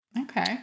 Okay